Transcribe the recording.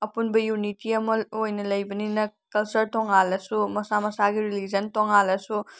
ꯑꯄꯨꯟꯕ ꯌꯨꯅꯤꯇꯤ ꯑꯃ ꯑꯣꯏꯅ ꯂꯩꯕꯅꯤꯅ ꯀꯜꯆꯔ ꯇꯣꯡꯉꯥꯜꯂꯁꯨ ꯃꯁꯥ ꯃꯁꯥꯒꯤ ꯔꯤꯂꯤꯖꯟ ꯇꯣꯡꯉꯥꯜꯂꯁꯨ